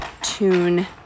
tune